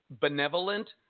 benevolent